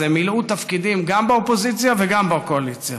מילאו תפקידים גם באופוזיציה וגם בקואליציה,